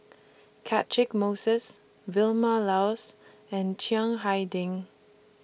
Catchick Moses Vilma Laus and Chiang Hai Ding